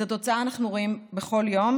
את התוצאה אנחנו רואים בכל יום.